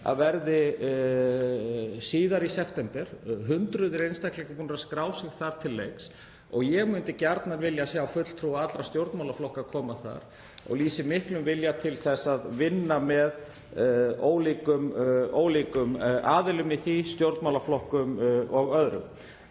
að verði síðar í september, hundruð einstaklinga búin að skrá sig þar til leiks. Ég myndi gjarnan vilja sjá fulltrúa allra stjórnmálaflokka koma þangað og ég lýsi miklum vilja til þess að vinna með ólíkum aðilum í því, stjórnmálaflokkum og öðrum.